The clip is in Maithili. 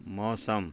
मौसम